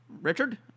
Richard